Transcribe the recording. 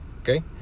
okay